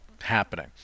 happening